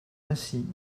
ainsi